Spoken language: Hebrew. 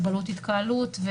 הגבלות התקהלות,